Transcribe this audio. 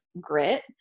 grit